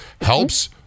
helps